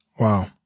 Wow